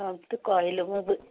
ହଁ ତୁ କହିଲୁ ମୁଁ ବୁ